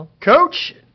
Coach